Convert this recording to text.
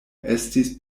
estis